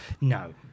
No